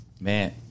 Man